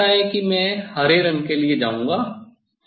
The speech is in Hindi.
अब मुझे लगता है कि मैं हरे रंग के लिए जाऊंगा